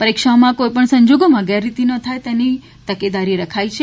પરીક્ષાઓમાં કોઈપણ સંજોગોમાં ગેરરીતિ ન થાય તેની તકેદારી પણ રાખાઈ છે